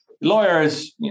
lawyers